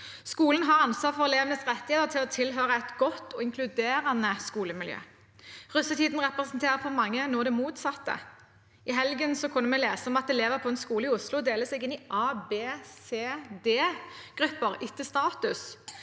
Skolen har ansvar for elevenes rett til å tilhøre et godt og inkluderende skolemiljø. Russetiden representerer for mange det motsatte. I helgen kunne vi lese at elever på en skole i Oslo deler seg inn i A-, B-, C- og Dgrupper etter status.